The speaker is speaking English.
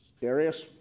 Darius